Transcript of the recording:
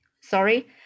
Sorry